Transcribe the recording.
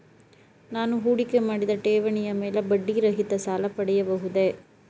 ನಾನು ಹೂಡಿಕೆ ಮಾಡಿದ ಠೇವಣಿಯ ಮೇಲೆ ಬಡ್ಡಿ ರಹಿತ ಸಾಲ ಪಡೆಯಬಹುದೇ?